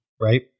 right